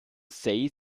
sei